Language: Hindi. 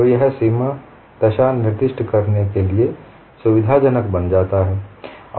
तो यह सीमा दशा निर्दिष्ट करने के लिए सुविधाजनक बन जाता है